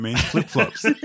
Flip-flops